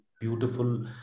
beautiful